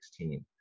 2016